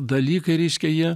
dalykai reiškia jie